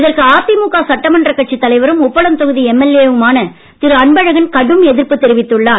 இதற்கு அதிமுக சட்டமன்ற கட்சி தலைவரும் உப்பளம் தொகுதி எம்எல்ஏ வுமான திரு அன்பழகன் கடும் எதிர்ப்பு தெரிவித்துள்ளார்